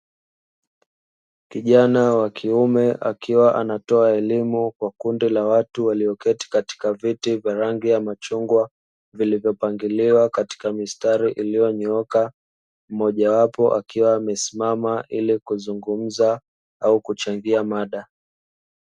Kijana wa kiume akiwa anatoa elimu kwa kundi la watu walioketi katika viti vya rangi ya machungwa vilivyopangiliwa katika mistari iliyonyooka. Mmojawapo akiwa amesimama ili kuzungumza au kuchangia mada.